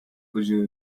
godziny